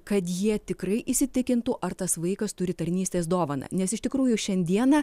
kad jie tikrai įsitikintų ar tas vaikas turi tarnystės dovaną nes iš tikrųjų šiandieną